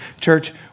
Church